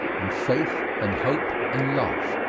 and faith, and hope, and love.